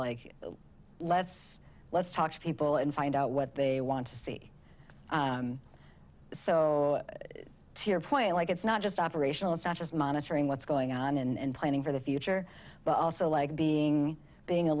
like let's let's talk to people and find out what they want to see so to your point like it's not just operational it's not just monitoring what's going on and planning for the future but also like being being a